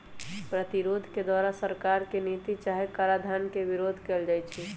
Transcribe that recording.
प्रतिरोध के द्वारा सरकार के नीति चाहे कराधान के विरोध कएल जाइ छइ